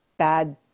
bad